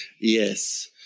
Yes